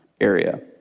area